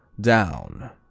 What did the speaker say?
down